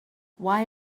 why